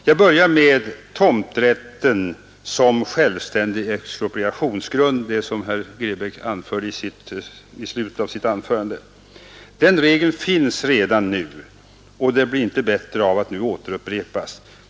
Jag börjar med tomträtten som självständig expropriationsgrund — det som herr Grebäck talade om i slutet av sitt anförande. Den regeln finns redan nu, och den blir inte bättre av att återupprepas.